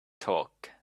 talk